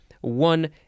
one